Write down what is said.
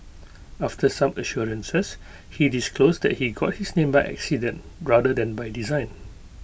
after some assurances he disclosed that he got his name by accident rather than by design